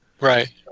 Right